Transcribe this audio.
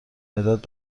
مداد